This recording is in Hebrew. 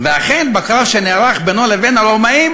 ואכן בקרב שנערך בינו לבין הרומאים